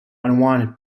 unwanted